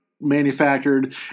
manufactured